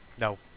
no